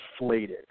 inflated